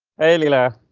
halila